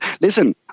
Listen